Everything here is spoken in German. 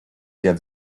der